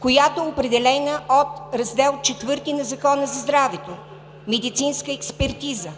която е определена от Раздел IV на Закона за здравето – „Медицинска експертиза“,